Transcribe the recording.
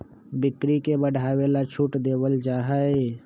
बिक्री के बढ़ावे ला छूट देवल जाहई